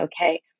okay